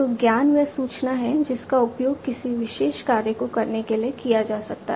तो ज्ञान वह सूचना है जिसका उपयोग किसी विशेष कार्य को करने के लिए किया जा सकता है